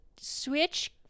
switch